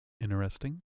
Interesting